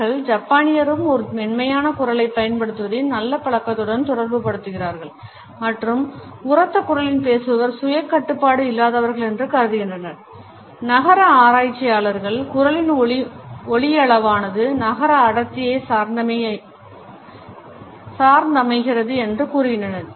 அவர்கள் ஜப்பானியரும் ஒரு மென்மையான குரலைப் பயன்படுத்துவதை நல்ல பழக்கத்துடன் தொடர்புபடுத்துகிறார்கள் மற்றும் உரத்த குரலில் பேசுபவர் சுய கட்டுப்பாடு இல்லாதவர்கள் என்று கருதுகின்றனர் நகர ஆராய்ச்சியாளர்கள் குரலின் ஒலியளவானது நகர அடர்த்தியை சார்ந்தமைகிறது என்று கூறுகின்றனர்